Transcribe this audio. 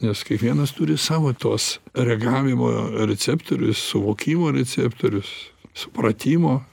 nes kiekvienas turi savo tuos reagavimo receptorius suvokimo receptorius supratimo